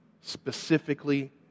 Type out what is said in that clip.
specifically